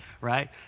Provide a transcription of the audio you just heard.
right